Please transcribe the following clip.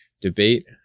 Debate